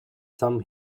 sum